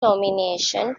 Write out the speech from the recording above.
nomination